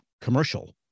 commercial